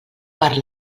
per